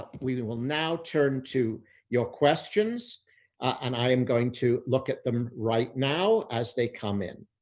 but we and will now turn to your questions and i am going to look at them right now as they come in.